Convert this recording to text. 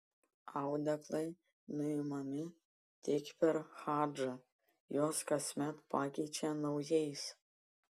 audeklai nuimami tik per hadžą juos kasmet pakeičia naujais